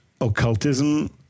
occultism